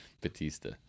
Batista